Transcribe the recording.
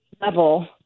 level